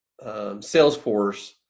salesforce